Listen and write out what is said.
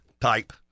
type